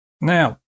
Now